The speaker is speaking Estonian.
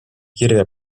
kirja